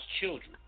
children